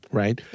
right